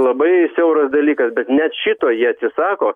labai siauras dalykas bet net šito jie atsisako